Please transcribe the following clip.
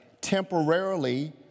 temporarily